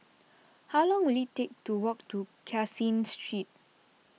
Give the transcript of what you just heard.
how long will it take to walk to Caseen Street